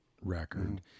record